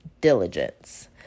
diligence